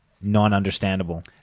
non-understandable